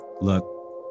look